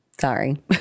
Sorry